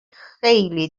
خیلی